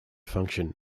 function